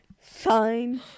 Fine